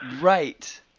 right